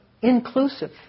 inclusive